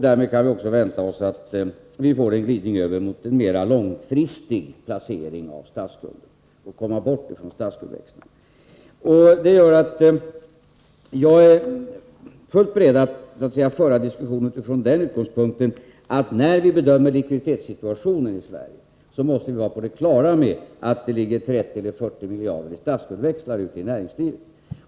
Därmed kan vi också vänta oss att få en glidning över åt en mera långfristig placering av statsskulden och komma bort från statsskuldsväxlarna. Detta gör att jag är fullt beredd att föra diskussionen utifrån den utgångspunkten att när vi bedömer likviditetssituationen i Sverige måste vi vara på det klara med att det ligger 30 eller 40 miljarder kronor i statsskuldsväxlar ute i näringslivet.